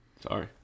sorry